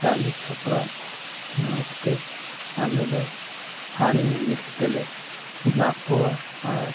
ᱛᱟᱞᱮ ᱠᱷᱟᱯᱨᱟᱜ ᱵᱮᱱᱟᱣ ᱠᱟᱛᱮᱫ ᱟᱞᱮ ᱫᱚ ᱟᱨᱮᱡ ᱟᱡᱮᱸᱫ ᱠᱟᱛᱮᱫ ᱞᱮ ᱥᱟᱵ ᱠᱚᱣᱟ ᱟᱨ